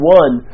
one